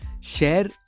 share